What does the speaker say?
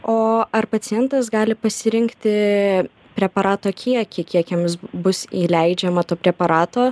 o ar pacientas gali pasirinkti preparato kiekį kiek jams bus įleidžiama to preparato